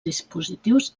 dispositius